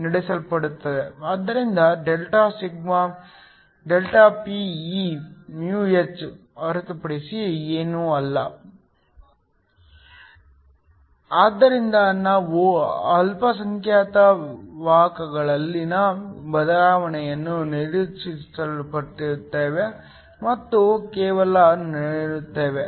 ಆದ್ದರಿಂದ delta sigma ΔPe ಹೊರತುಪಡಿಸಿ ಏನೂ ಅಲ್ಲ ಆದ್ದರಿಂದ ನಾವು ಅಲ್ಪಸಂಖ್ಯಾತ ವಾಹಕಗಳಲ್ಲಿನ ಬದಲಾವಣೆಯನ್ನು ನಿರ್ಲಕ್ಷಿಸುತ್ತೇವೆ ಮತ್ತು ಕೇವಲ ನೋಡುತ್ತೇವೆ